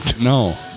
No